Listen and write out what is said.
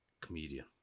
Comedian